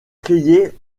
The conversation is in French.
crier